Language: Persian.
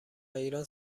ایران